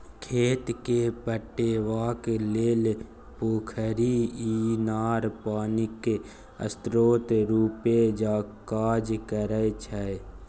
खेत केँ पटेबाक लेल पोखरि, इनार पानिक स्रोत रुपे काज करै छै